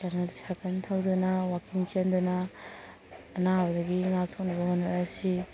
ꯀꯩꯅꯣ ꯁꯥꯏꯀꯜ ꯊꯧꯗꯨꯅ ꯋꯥꯛꯀꯤꯡ ꯆꯦꯟꯗꯨꯅ ꯑꯅꯥꯕꯗꯒꯤ ꯉꯥꯛꯊꯣꯛꯅꯕ ꯍꯣꯠꯅꯔꯁꯤ